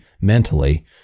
mentally